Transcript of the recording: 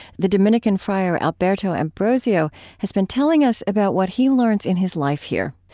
the dominican friar alberto ambrosio has been telling us about what he learns in his life here.